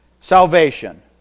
Salvation